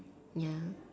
ya